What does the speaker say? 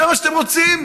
זה מה שאתם רוצים?